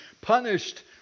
punished